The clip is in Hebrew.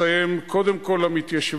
למנהל